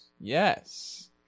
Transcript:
Yes